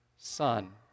son